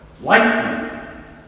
lightning